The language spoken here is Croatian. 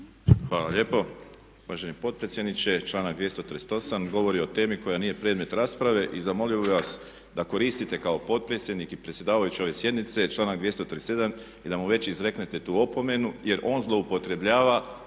Hvala lijepo uvaženi potpredsjedniče. Članak 238. govori o temi koja nije predmet rasprave i zamolio bih vas da koristite kao potpredsjednik i predsjedavajući ove sjednice članak …/Govornik se ne razumije./… i da mu već izreknete tu opomenu jer on zloupotrjebljava